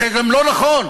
זה גם לא נכון.